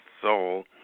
soul